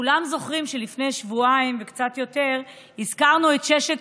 כולם זוכרים שלפני שבועיים וקצת יותר הזכרנו את ששת